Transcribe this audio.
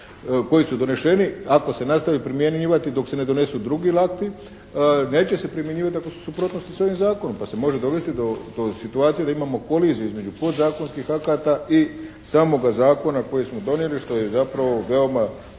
koji su doneseni ako se nastavi primjenjivati dok se ne donesu drugi akti, neće se primjenjivati ako su u suprotnosti s ovim zakonom pa se može dovesti do situacije da imamo koliziju između podzakonskih akata i samoga zakona koji smo donijeli što je zapravo veoma